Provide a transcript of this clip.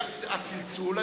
היה צלצול?